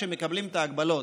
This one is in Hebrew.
כשמקבלים את ההגבלות,